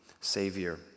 Savior